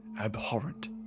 abhorrent